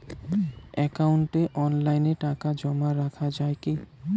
একাউন্টে অনলাইনে টাকা জমা রাখা য়ায় কি?